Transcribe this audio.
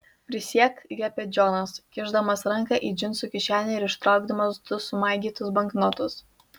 prisiek liepė džonas kišdamas ranką į džinsų kišenę ir ištraukdamas du sumaigytus banknotus